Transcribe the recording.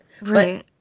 Right